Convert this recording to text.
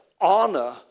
honor